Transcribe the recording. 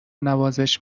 نوازش